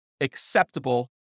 acceptable